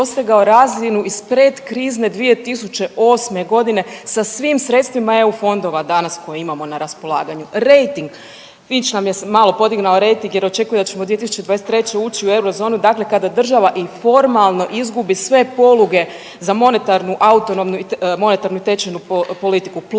razinu iz pretkrizne 2008. godine sa svim sredstvima EU fondova danas koje imamo na raspolaganju. Rejting, Fitch nam je malo podignuo rejting jer očekuje da ćemo 2023. ući u eurozonu dakle, kada država i formalno izgubi sve poluge za monetarnu, autonomnu i monetarnu i tečajnu politiku.